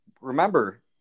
remember